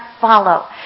follow